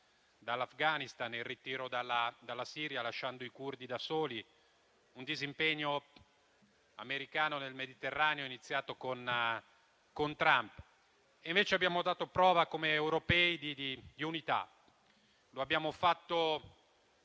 dall'Afghanistan e il ritiro dalla Siria; lasciando i curdi da soli, con un disimpegno americano nel Mediterraneo iniziato con Trump. Invece, come europei, abbiamo dato prova di unità. Lo abbiamo fatto